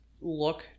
look